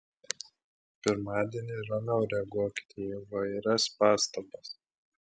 pirmadienį ramiau reaguokite į įvairias pastabas